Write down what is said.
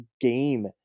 game